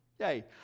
Yay